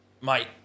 Mate